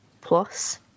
plus